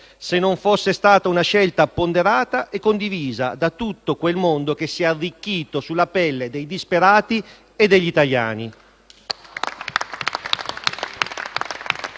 se non fosse stata una scelta ponderata e condivisa da tutto quel mondo che si è arricchito sulla pelle dei disperati e degli italiani.